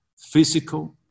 physical